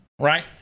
Right